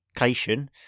Location